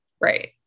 Right